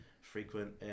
frequent